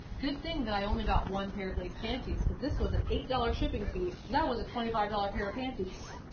good thing that i only got one pair of lace panties. cause this was an eight dollar shipping fee. so that was a twenty five dollar pair of panties.